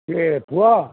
ଇଏ ପୁଅ